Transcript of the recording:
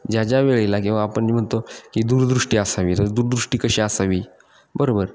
ज्या ज्या वेळेला किंवा आपण जे म्हणतो की दूरदृष्टी असावी तर दूरदृष्टी कशी असावी बरोबर